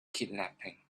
kidnapping